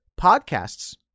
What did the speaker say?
podcasts